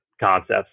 Concepts